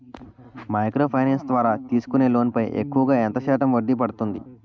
Micro finance ద్వారా తీసుకునే loan పై ఎక్కువుగా ఎంత శాతం వడ్డీ పడుతుంది?